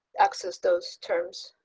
access those terms.